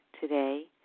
Today